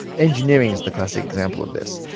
engineering is the classic example of this.